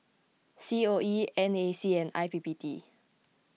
C O E N A C and I P P T